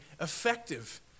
effective